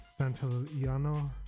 Santillano